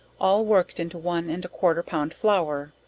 all worked into one and a quarter pound flour,